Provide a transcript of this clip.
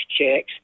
checks